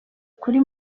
kuri